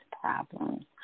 problems